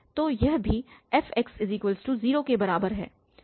तो यह भी fx0 के बराबर है